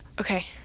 Okay